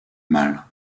mal